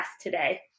today